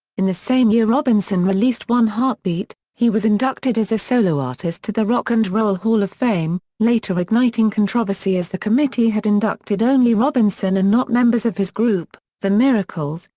in the same year robinson released one heartbeat, he was inducted as a solo artist to the rock and roll hall of fame, later igniting controversy as the committee had inducted only robinson and not members of his group, the miracles,